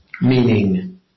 Meaning